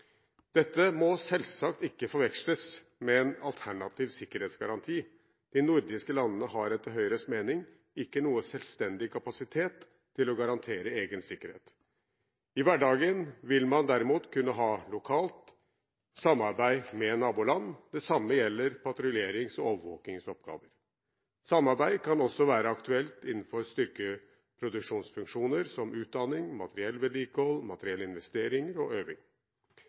Dette må selvsagt ikke forveksles med en alternativ sikkerhetsgaranti. De nordiske landene har etter Høyres mening ingen selvstendig kapasitet til å garantere egen sikkerhet. I hverdagen vil man derimot kunne ha lokalt samarbeid med naboland. Det samme gjelder patruljerings- og overvåkingsoppgaver. Samarbeid kan også være aktuelt innenfor styrkeproduksjonsfunksjoner, som utdanning, materiellvedlikehold, materiellinvesteringer og øving.